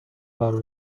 قرار